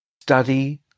study